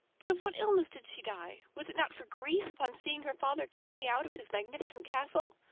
but of what illness did she die? was it not for grief, upon seeing her father kick me out of his magnificent castle?